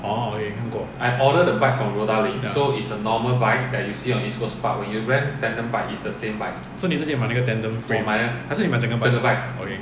orh 我有听过 ya so 你直接买那个 tandem frame 还是你买整个 bike okay